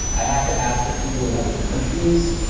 i have to ask like people in other countries.